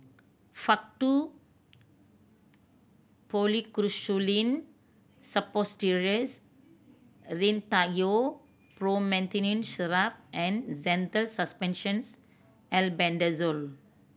Faktu Policresulen Suppositories Rhinathiol Promethazine Syrup and Zental Suspensions Albendazole